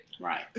Right